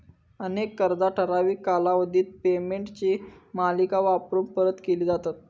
अनेक कर्जा ठराविक कालावधीत पेमेंटची मालिका वापरून परत केली जातत